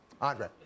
Andre